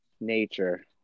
nature